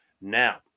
Now